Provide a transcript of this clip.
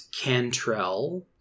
Cantrell